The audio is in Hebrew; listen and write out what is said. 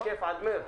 תקף עד מרס.